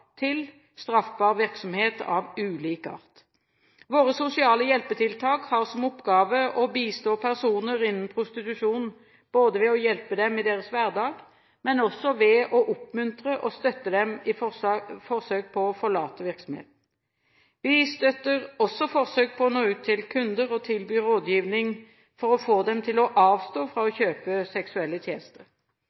til, straffbar virksomhet av ulik art. Våre sosiale hjelpetiltak har som oppgave å bistå personer innen prostitusjon ved å hjelpe dem i deres hverdag, men også ved å oppmuntre og støtte dem i forsøk på å forlate virksomheten. Vi støtter også forsøk på å nå ut til kunder og tilby rådgivning for å få dem til å avstå fra å kjøpe seksuelle tjenester.